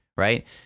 right